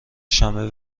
شنبه